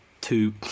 two